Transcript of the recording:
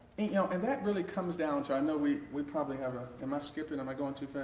and you know and that really comes down to, i know we we probably have our am i skipping am i going too